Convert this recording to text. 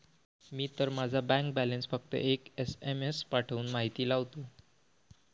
मी तर माझा bank balance फक्त एक एस.एम.एस पाठवून माहिती लावतो